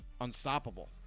unstoppable